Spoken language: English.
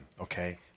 okay